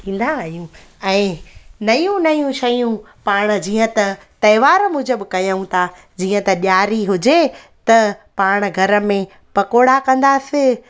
ॾींदा आहियूं ऐं नयूं नयूं शयूं पाण जीअं त त्योहार मूजिबि कयूं था जीअं त ॾियारी हुजे त पाण घर में पकौड़ा कंदासीं